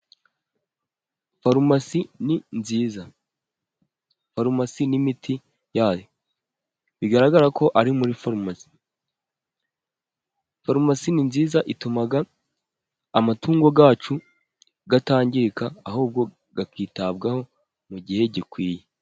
Farumasi ni nziza , Farumasi n'imiti yayo ,bigaragara ko ari muri farumasi ,farumasi ni nziza ituma amatungo yacu atangirika ahubwo akitabwaho mu gihe gikwiye.